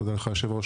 תודה לך היושב-ראש,